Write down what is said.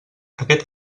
aquest